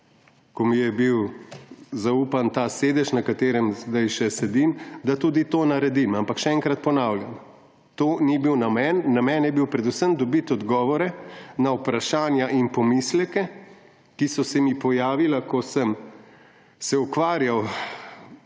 ko mi je bil zaupan ta sedež, na katerem zdaj še sedim, da tudi to naredim. Ampak še enkrat ponavljam, to ni bil namen. Namen je bil predvsem dobiti odgovore na vprašanja in pomisleke, ki so se mi pojavili, ko sem se ukvarjal